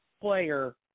player